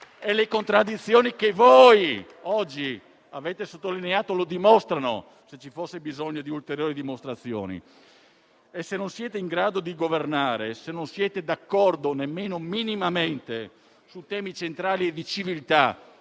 e le contraddizioni che voi oggi avete sottolineato lo dimostrano, se ci fosse bisogno di ulteriori dimostrazioni. Se non siete in grado di governare, se non siete d'accordo, nemmeno minimamente, su temi centrali e di civiltà